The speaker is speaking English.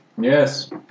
Yes